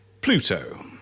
Pluto